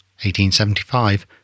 1875